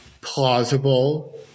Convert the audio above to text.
plausible